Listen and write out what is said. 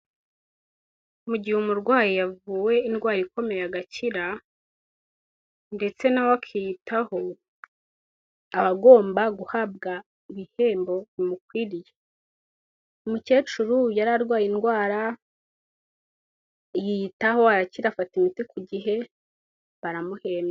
Mu gihe umurwayi yavuwe indwara ikomeye agakira ndetse nawe akiyitaho aba agomba guhabwa ibihembo bimukwiriye. Umukecuru yari arwaye indwara yiyitaho arakira afata imiti ku gihe baramuhembye.